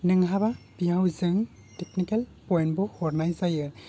नोंहाबा बियाव जों टेकनिकेल पइन्टबो हरनाय जायो